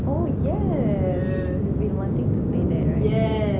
oh yes we've been wanting to play that right